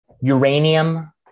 uranium